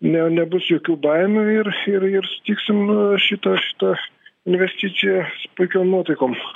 ne nebus jokių baimių ir ir ir sutiksim šitą šitą investiciją puikiom nuotaikom